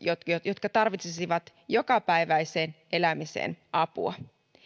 jotka tarvitsisivat jokapäiväiseen elämiseen apua